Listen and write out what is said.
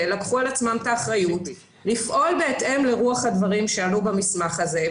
לקחו על עצמם את האחריות לפעול בהתאם לרוח הדברים שעלו במסמך הזה.